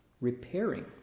repairing